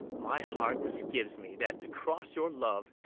my heart misgives me, that, to cross your love,